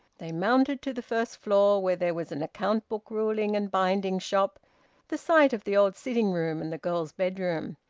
they mounted to the first floor, where there was an account-book ruling and binding shop the site of the old sitting-room and the girls' bedroom.